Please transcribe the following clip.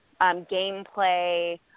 gameplay